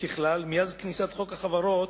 ככלל, מאז כניסת חוק החברות